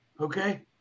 Okay